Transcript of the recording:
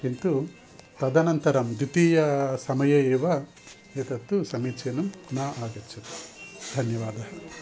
किन्तु तदनन्तरं द्वितीयसमये एव एतत्तु समीचीनं न आगच्छति धन्यवादः